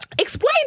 explain